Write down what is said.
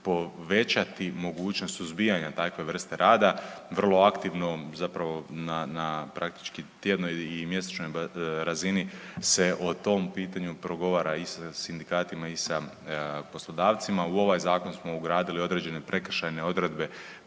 povećati mogućnost suzbijanja takve vrste rada, vrlo aktivno zapravo na praktički tjednoj i mjesečnoj razini se o tom pitanju progovara i sa sindikatima i sa poslodavcima. U ovaj Zakon smo ugradili određene prekršajne odredbe